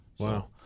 Wow